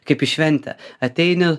kaip į šventę ateini